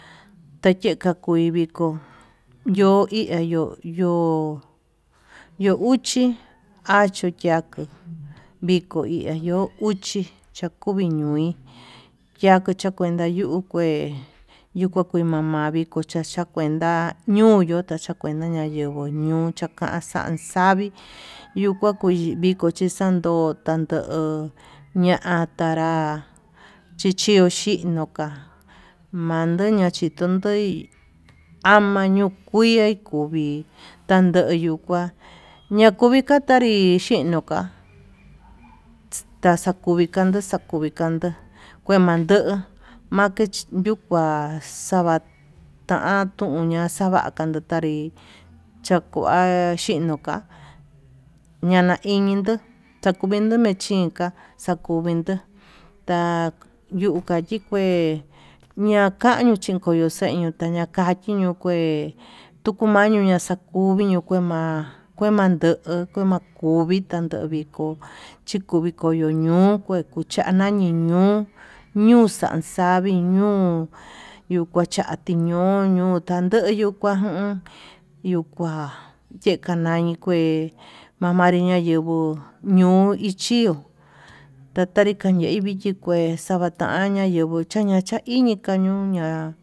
Tayeka kui viko yo'o iya yo'o, yo'o uxhi achu yiako viko iha yo'o uxi chakuvi ñoi kaku chakuenta yuu kue yuu kua kue ma'a yuku chacha xakuenta yuñu tachakuenta nayeguo ñuu cha'a, kanxa xavii yuu kua kui viko chi xando tando ña'a tanrá chichio chino ka'a manuya chinton ndoí amañu kuiá kuvii tandoyo kuá ñakuvi katanri, xhinoka taxakuvi kanda taxakuvi kanda kue mandu make yuu kua xava'a tanduña xava'a xanri chakua xino ka'a ña'a nainin ndo'o xakuvendo mechinka'a xakuvendó ta'a yuka yikue ñakaño chikoyo xeñu takachi ñuu kue tuku mayuu ñaxaku kuvii no kue ma'a kue mando'o kueman kuvii manduvi ko'o, chikuvi koyo no'o kué kuchana niño'o ñuu xanxavi ñuu ñukuachati ño'o ñoo tande yuu kuan, yuu kua yeka ñañi kué mamanri ña'a yenguo ño'o ichió tatanri kañei ichi xa'a xavata yenguo chaña chaí iñi kañunña.